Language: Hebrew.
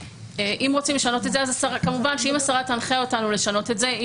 אם רוצים לשנות את זה אז כמובן שאם השרה תנחה אותנו לשנות את זה,